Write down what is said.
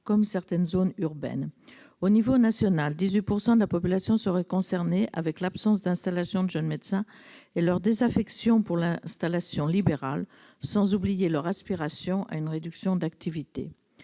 comme certaines zones urbaines. À l'échelle nationale, 18 % de la population serait concernée, du fait de l'absence d'installation de jeunes médecins et de la désaffection pour l'installation libérale, sans oublier les aspirations à une réduction d'activité.